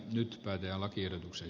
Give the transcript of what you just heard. nyt päätyä lakiehdotuksen